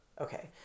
Okay